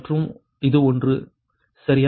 மற்றும் இது ஒன்று சரியா